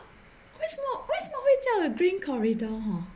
为什么为什么会叫 green corridor hor